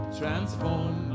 transform